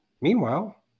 Meanwhile